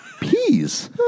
Peas